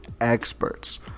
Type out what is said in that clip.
experts